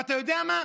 ואתה יודע מה,